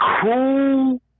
cool